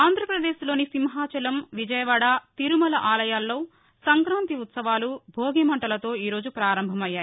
ఆంధ్రప్రదేశ్లోని సింహాచలం విజయవాడ తిరుమల ఆలయాల్లో సంక్రాంతి ఉత్సవాలు భోగి మంటలతో ఈరోజు ప్రారంభమయ్యాయి